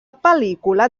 pel·lícula